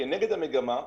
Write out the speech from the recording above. כנגד המגמה,